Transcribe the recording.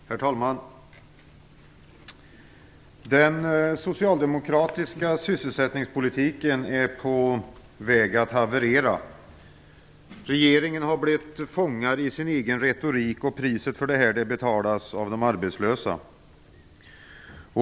Herr talman! Den socialdemokratiska sysselsättningspolitiken är på väg att haverera. Regeringen har blivit fånge i sin egen retorik, och priset för detta betalas av de arbetslösa.